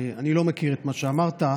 אני לא מכיר את מה שאמרת,